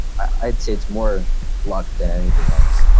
i'd say it's more luck than anything else.